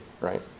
right